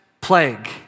plague